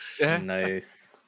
Nice